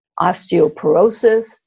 osteoporosis